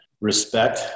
respect